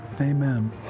amen